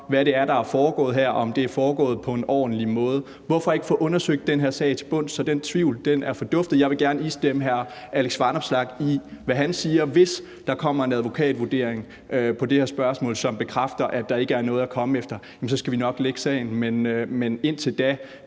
hvad det er, der er foregået her, og om det er foregået på en ordentlig måde. Hvorfor ikke få undersøgt den her sag til bunds, så den tvivl er forduftet? Jeg vil gerne istemme det, hr. Alex Vanopslagh siger, nemlig at hvis der kommer en advokatvurdering af det her spørgsmål, som bekræfter, at der ikke er noget at komme efter, så skal vi nok lægge sagen ned. Men indtil da